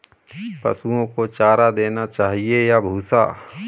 पशुओं को चारा देना चाहिए या भूसा?